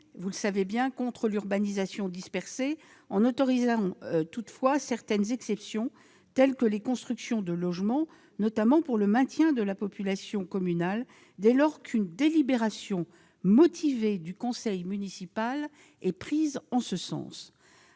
sol et à lutter contre l'urbanisation dispersée, en autorisant toutefois certaines exceptions, comme les constructions de logements, notamment pour le maintien de la population communale dès lors qu'une délibération motivée du conseil municipal est prise en ce sens.